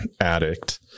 addict